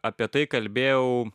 apie tai kalbėjau